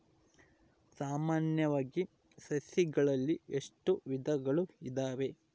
ಸಾಮಾನ್ಯವಾಗಿ ಸಸಿಗಳಲ್ಲಿ ಎಷ್ಟು ವಿಧಗಳು ಇದಾವೆ?